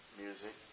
music